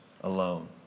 alone